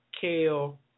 kale